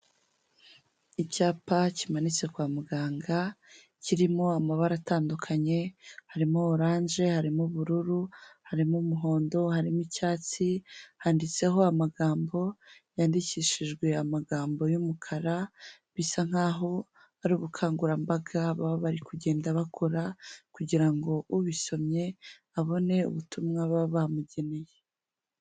Icyapa kimanitse kwa muganga, kirimo amabara atandukanye; harimo oranje, harimo ubururu, harimo umuhondo, harimo icyatsi, handitseho amagambo yandikishijwe amagambo y'umukara, bisa nk'aho ari ubukangurambaga baba bari kugenda bakora, kugira ngo ubisomye abone ubutumwa baba bamugeneye.